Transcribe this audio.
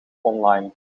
online